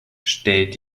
stellt